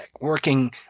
working